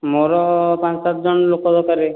ମୋର ପାଞ୍ଚ ସାତ ଜଣ ଲୋକ ଦରକାରେ